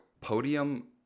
podium